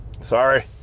sorry